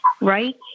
right